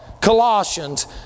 Colossians